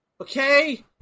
Okay